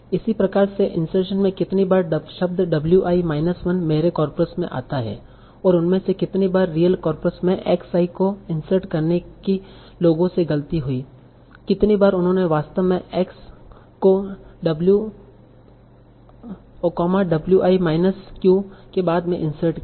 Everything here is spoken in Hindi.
इसी प्रकार से इंसर्शन में कितनी बार शब्द w i माइनस 1 मेरे कॉर्पस में आता है और उनमे से कितनी बार रियल कॉर्पस में x i को इन्सर्ट करने की लोगों से गलती हुई कितनी बार उन्होंने वास्तव में x I को w I w i minus q के बाद में इन्सर्ट किया